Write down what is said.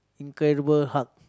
incredible hulk